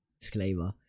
disclaimer